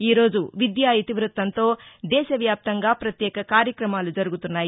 ఈరోజు విద్యా ఇతివృత్తంతో దేశవ్యాప్తంగా ప్రత్యేక కార్యక్రమాలు జరుగుతున్నాయి